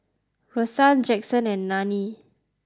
Rosann Jaxson and Nanie